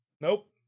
Nope